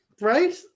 Right